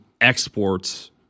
exports –